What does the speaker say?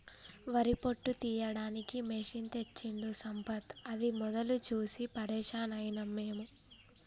వరి పొట్టు తీయడానికి మెషిన్ తెచ్చిండు సంపత్ అది మొదలు చూసి పరేషాన్ అయినం మేము